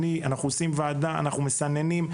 אנחנו מכנסים ועדה ומסננים.